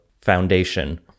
foundation